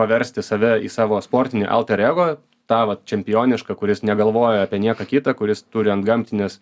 paversti save į savo sportinį alter ego tą vat čempionišką kuris negalvoja apie nieką kitą kuris turi antgamtines